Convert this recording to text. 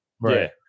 Right